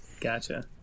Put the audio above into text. Gotcha